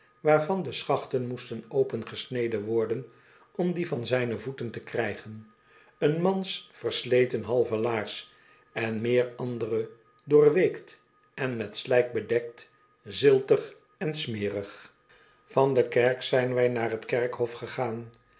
waarvan de schachten moesten opengesneden worden om die van zijne voeten te kragen een mans versleten halve laars en meer andere doorweekt en met slijk bedekt ziltig en smerig van do kerk zijn wij naar t kerkhof gegaan